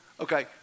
Okay